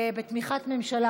בתמיכת ממשלה.